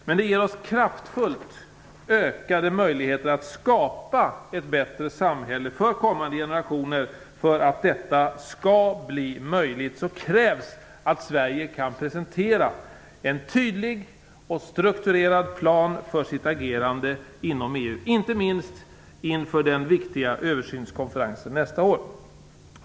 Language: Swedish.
Men det ger oss kraftfullt ökade möjligheter att skapa ett bättre samhälle för kommande generationer. För att detta skall bli möjligt krävs det att Sverige kan presentera en tydlig och strukturerad plan för sitt agerande inom EU, inte minst inför den viktiga översynskonferensen nästa år.